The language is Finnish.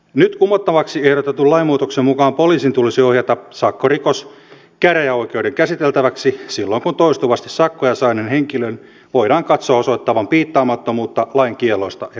nyt kumottavaksi ehdotetun lainmuutoksen mukaan poliisin tulisi ohjata sakkorikos käräjäoikeuden käsiteltäväksi silloin kun toistuvasti sakkoja saaneen henkilön voidaan katsoa osoittavan piittaamattomuutta lain kielloista ja käskyistä